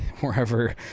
wherever